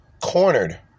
cornered